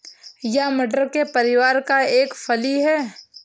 यह मटर के परिवार का एक फली है